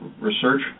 research